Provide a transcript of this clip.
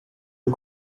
you